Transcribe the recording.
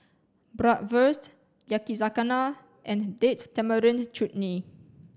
Bratwurst Yakizakana and Date Tamarind Chutney